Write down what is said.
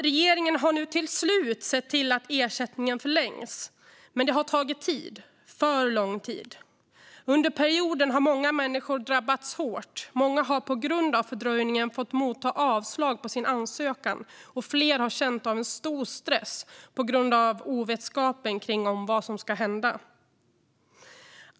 Regeringen har nu till slut sett till att ersättningen förlängs, men det har tagit tid, för lång tid. Under perioden har många människor drabbats hårt. Många har på grund av fördröjningen fått avslag på sin ansökan, och flera har känt av en stor stress på grund av ovetskapen om vad som ska hända.